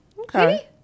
Okay